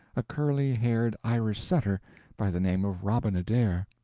a curly-haired irish setter by the name of robin adair,